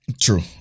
True